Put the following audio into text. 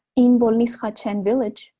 in bolnis-khachen and cillage,